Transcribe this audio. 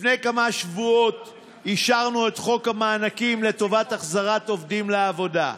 לפני כמה שבועות אישרנו את חוק המענקים לטובת החזרת עובדים לעבודה.